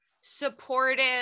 supportive